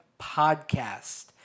podcast